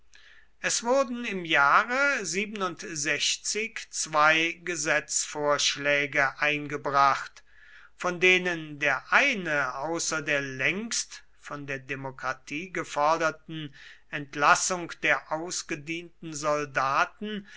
es wurden im jahre zwei gesetzvorschläge eingebracht von denen der eine außer der längst von der demokratie geforderten entlassung der ausgedienten soldaten